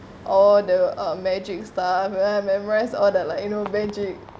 all the uh magic stuff uh memorise all that like you know magic